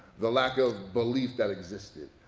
the lack of belief that existed,